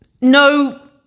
No